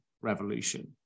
revolution